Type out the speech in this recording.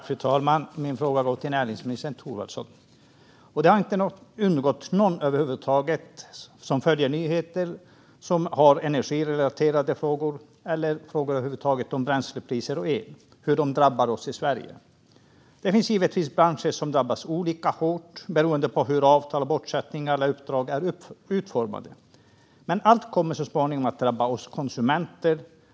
Fru talman! Min fråga går till näringsminister Thorwaldsson. Det har inte undgått någon som följer nyheter om energirelaterade frågor eller frågor över huvud taget om bränslepriser och el hur detta drabbar oss i Sverige. Det finns givetvis branscher som drabbas olika hårt beroende på hur avtal om bortsättning och andra uppdrag är utformade. Men allt kommer så småningom att drabba oss konsumenter.